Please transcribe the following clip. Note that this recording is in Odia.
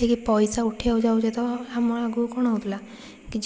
ଟିକିଏ ପାଇସା ଉଠେଇବାକୁ ଯାଉଛେ ତ ଆମମାନଙ୍କୁ କ'ଣ ହଉଥିଲା